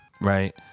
Right